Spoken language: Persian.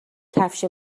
کفش